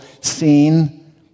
seen